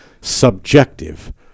Subjective